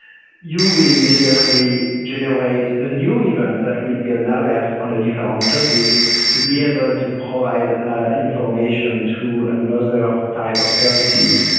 you will immediately generate a new event that will be ah now left on a different topic to be able to provide ah information to another type of services.